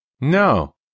No